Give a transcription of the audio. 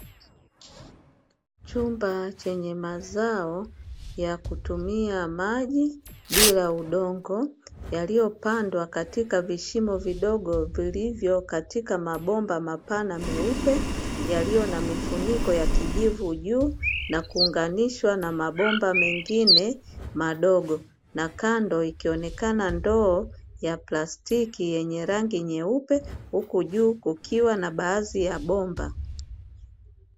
Chumba chenye mazao ya kutumia maji bila udongo yaliyopandwa katika vishimo vidogo vilivyo katika mabomba mapana meupe, yaliyo na mifuniko ya kijivu juu na kuunganisha na mabomba mengine madogo, na kando ikionekana ndoo ya plastiki yenye rangi nyeupe huku juu kukiwa na baadhi ya bomba.